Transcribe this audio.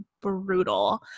brutal